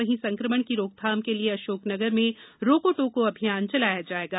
वहींसंक्रमण की रोकथाम के लिए अशोकनगर में रोको टोको अभियान चलाया जाएगा